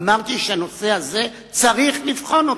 אמרתי שהנושא הזה, צריך לבחון אותו.